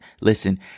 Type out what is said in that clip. listen